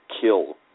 kill